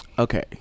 Okay